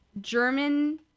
German